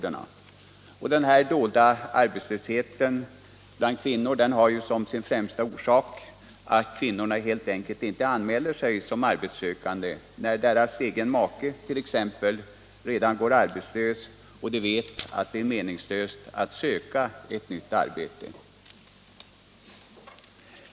Den främsta orsaken till den dolda arbetslösheten bland kvinnorna är att de helt enkelt inte anmäler sig som arbetssökande när t.ex. deras makar redan går arbetslösa och de därför vet att det är helt meningslöst att söka ett arbete.